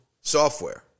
software